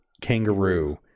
kangaroo